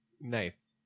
Nice